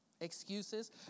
Excuses